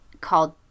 called